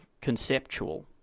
conceptual